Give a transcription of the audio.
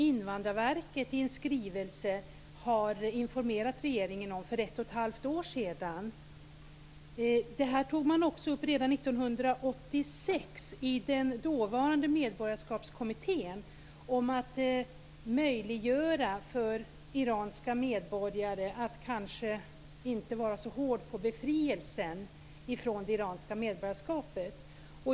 Invandrarverket har i en skrivelse informerat regeringen om dessa svårigheter för ett och ett halvt år sedan. Redan 1986 togs också i den dåvarande Medborgarskapskommittén upp möjligheterna att kanske inte behöva vara så hård när det gäller befrielse från det iranska medborgarskapet.